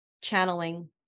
channeling